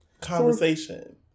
Conversation